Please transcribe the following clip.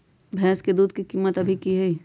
भैंस के दूध के कीमत अभी की हई?